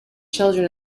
children